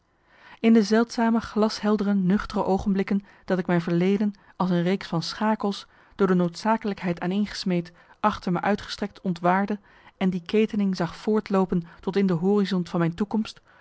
in de zeldzame glasheldere nuchtere oogenblikken dat ik mijn verleden als een reeks van schakels door de noodzakelijkheid aaneengesmeed achter me uitgestrekt ontwaarde en die ketening zag voortloopen tot in de horizont van mijn toekomst